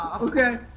Okay